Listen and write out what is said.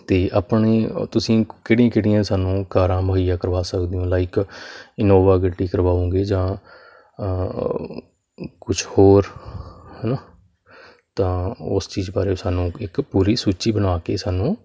ਅਤੇ ਆਪਣੇ ਤੁਸੀਂ ਕਿਹੜੀਆਂ ਕਿਹੜੀਆਂ ਸਾਨੂੰ ਕਾਰਾਂ ਮੁਹੱਈਆ ਕਰਵਾ ਸਕਦੇ ਹੋ ਲਾਈਕ ਇਨੋਵਾ ਗੱਡੀ ਕਰਵਾਓਗੇ ਜਾਂ ਕੁਝ ਹੋਰ ਹੈ ਨਾ ਤਾਂ ਉਸ ਚੀਜ਼ ਬਾਰੇ ਸਾਨੂੰ ਇੱਕ ਪੂਰੀ ਸੂਚੀ ਬਣਾ ਕੇ ਸਾਨੂੰ